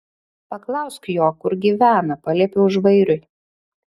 paklausk jo kur gyvena paliepiau žvairiui